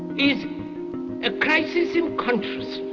is a crisis in consciousness.